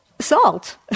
salt